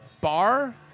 bar